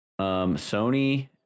Sony